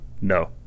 no